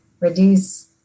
reduce